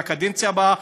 והקדנציה הבאה,